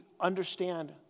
understand